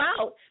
out